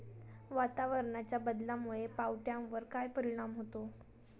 वातावरणाच्या बदलामुळे पावट्यावर काय परिणाम होतो?